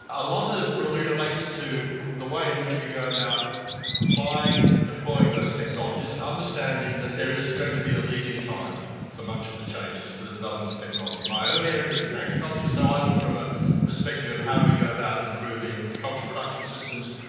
a lot of it relates to the way in which we go about applying and deploying those technologies, and understanding that there is going to be a lead-in time for much of the changes and for the development of technology. my own area is in agriculture, so i look from a perspective of how do we go about improving culture production systems,